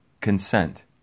Consent